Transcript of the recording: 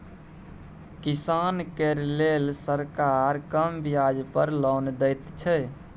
किसान केर लेल सरकार कम ब्याज पर लोन दैत छै